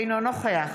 אינו נוכח